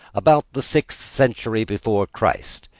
about the sixth century before christ,